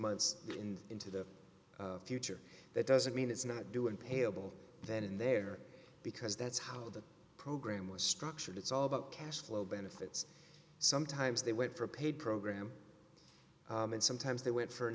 months in into the future that doesn't mean it's not due and payable then and there because that's how the program was structured it's all about cash flow benefits sometimes they wait for a paid program and sometimes they went for an